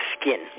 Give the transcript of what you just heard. skin